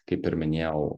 kaip ir minėjau